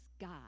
God